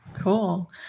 cool